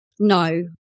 No